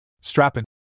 Strapping